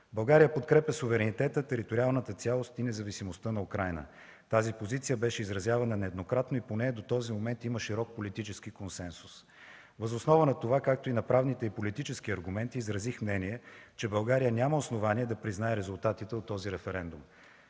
България подкрепя суверенитета, териториалната цялост и независимостта на Украйна. Тази позиция беше изразявана нееднократно и поне до този момент има широк политически консенсус. Въз основа на това, както и на правните политически аргументи изразих мнение, че България няма основание да признае резултатите от този референдум.